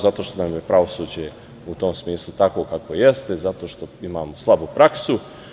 Zato što nam je pravosuđe u tom smislu takvo kakvo jeste, zato što imamo slabu praksu.